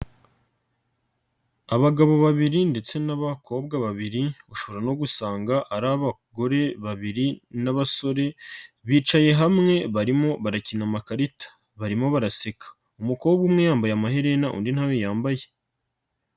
Abagabo babiri ndetse n'abakobwa babiri ushobora no gusanga ari abagore babiri n'abasore bicaye hamwe barimo barakina amakarita barimo baraseka umukobwa umwe yambaye amaherena undi ntayo yambaye.